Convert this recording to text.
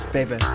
Baby